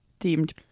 themed